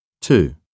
Two